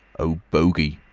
o bogey!